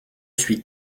suis